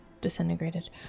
disintegrated